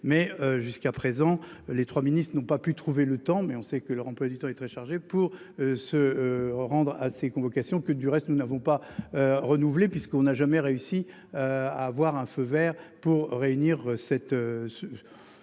mais jusqu'à présent, les 3 ministres n'ont pas pu trouver le temps mais on sait que leur emploi du temps est très chargé pour se rendre à ses convocations que du reste. Nous n'avons pas. Renouvelé puisqu'on n'a jamais réussi. À avoir un feu Vert pour réunir cette